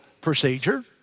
procedure